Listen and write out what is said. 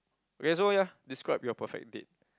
okay so ya describe your perfect date